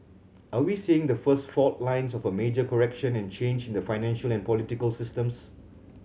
are we seeing the first fault lines of a major correction and change in the financial and political systems